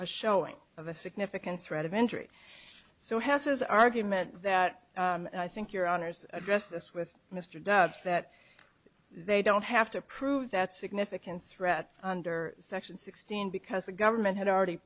a showing of a significant threat of injury so has his argument that i think your honour's addressed this with mr dobbs that they don't have to prove that significant threat under section sixteen because the government had already